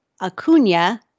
Acuna